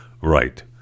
right